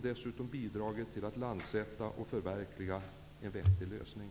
Dessutom har vi bidragit till att landsätta och förverkliga en vettig lösning.